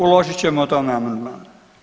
Uložit ćemo o tome amandman.